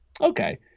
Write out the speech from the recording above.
okay